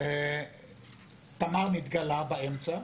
תמר נתגלה באמצע.